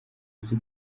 uzi